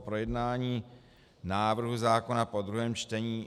projednání návrhu zákona po druhém čtení: